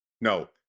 No